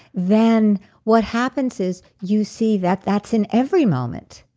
then what happens is you see that, that's in every moment.